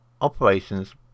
operations